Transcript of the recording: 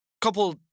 couple